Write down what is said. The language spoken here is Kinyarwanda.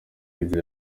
ivyo